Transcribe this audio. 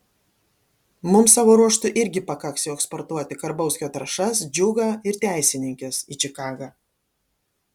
mums savo ruožtu irgi pakaks jau eksportuoti karbauskio trąšas džiugą ir teisininkes į čikagą